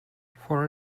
for